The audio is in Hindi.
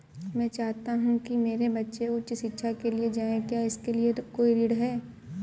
मैं चाहता हूँ कि मेरे बच्चे उच्च शिक्षा के लिए जाएं क्या इसके लिए कोई ऋण है?